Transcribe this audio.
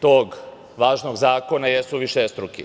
tog važnog zakona jesu višestruki.